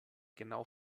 genau